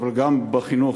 אבל גם בחינוך,